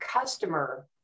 customer